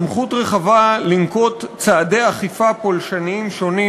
סמכות רחבה לנקוט צעדי אכיפה פולשניים שונים,